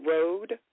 Road